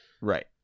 Right